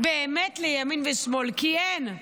באמת לימין ושמאל, כי אין,